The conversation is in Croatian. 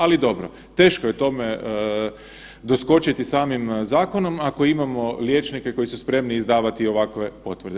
Ali dobro, teško je dome doskočiti samim zakonom, ako imamo liječnike koji su spremni izdavati ovakve potvrde.